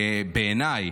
בעיניי,